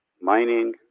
mining